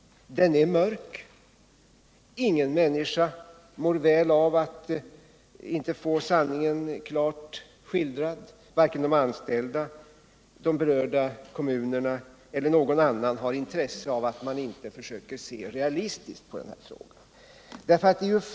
Den är mörk. Ingen människa mår väl av att inte få sanningen klart skildrad för sig. Varken de anställda eller berörda kommuner eller någon annan har intresse av att man inte försöker se realistiskt på denna fråga.